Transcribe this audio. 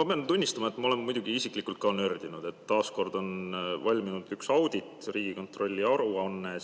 Ma pean tunnistama, et ma olen muidugi isiklikult ka nördinud. Taas kord on valminud üks audit, Riigikontrolli aruanne